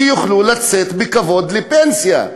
שיוכלו לצאת בכבוד לפנסיה.